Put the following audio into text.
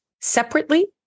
separately